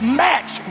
match